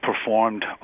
performed